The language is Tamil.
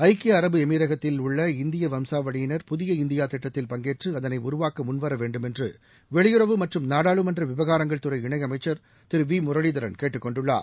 ஐக்கிய அரபு எமிரகத்தில் உள்ள இந்திய வம்சாவளியினர் புதிய இந்தியா திட்டத்தில் பங்கேற்று அதனை உருவாக்க முன்வர வேண்டுமென்று வெளியுறவு மற்றும் நாடாளுமன்ற விவகாரங்கள் துறை இணை அமைச்சர் திரு வி முரளிதரன் கேட்டுக்கொண்டுள்ளார்